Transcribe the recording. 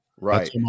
Right